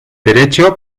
derecho